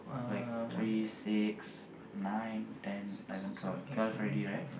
like three six nine ten eleven twelve twelve already right